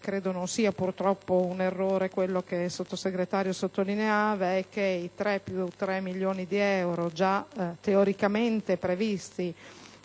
temo non sia un errore quanto il Sottosegretario sottolineava - è che i 3 più 3 milioni di euro, già teoricamente previsti